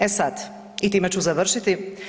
E sada i time ću završiti.